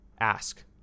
Ask